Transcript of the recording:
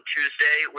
Tuesday